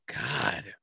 God